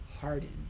hardened